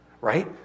right